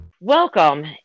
Welcome